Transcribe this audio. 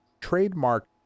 trademark